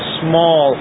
small